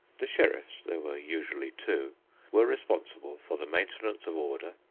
the sheriffs there were usually two were responsible for the maintenance of order,